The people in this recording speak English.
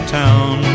town